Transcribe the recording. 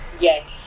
Yes